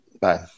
Bye